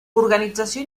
organització